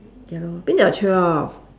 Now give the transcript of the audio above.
ya lor bin jau got twelve